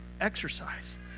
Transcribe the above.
exercise